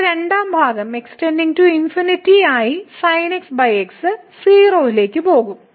ഇവിടെ രണ്ടാം ഭാഗം x ആയി sin x x 0 ലേക്ക് പോകും